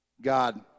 God